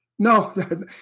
No